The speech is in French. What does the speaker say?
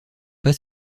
pas